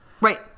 Right